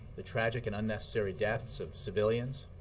the tragic and unnecessary deaths of civilians.